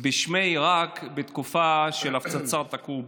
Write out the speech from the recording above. בשמי עיראק בתקופה של הפצצת הכור בעיראק?